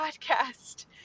podcast